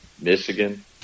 Michigan